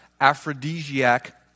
aphrodisiac